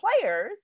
players